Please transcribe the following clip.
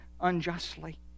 unjustly